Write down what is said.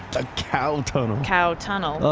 a cow tunnel cow tunnel oh,